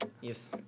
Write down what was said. Yes